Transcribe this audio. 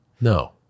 No